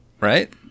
Right